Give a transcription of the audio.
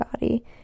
body